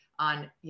on